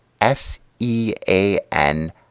S-E-A-N